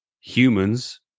humans